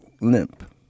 limp